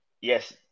Yes